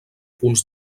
punts